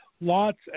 Lots